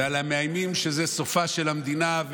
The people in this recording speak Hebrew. ועל המאיימים שזו סופה של המדינה,